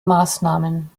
maßnahmen